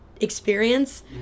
experience